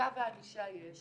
וחקיקה וענישה יש,